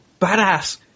badass